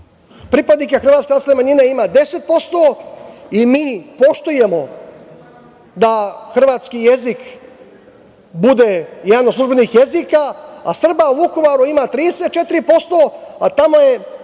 pripadnika hrvatske nacionalne manjine ima 10% i mi poštujemo da hrvatski jezik bude jedan od službenih jezika, a Srba u Vukovaru ima 34%, a tamo je,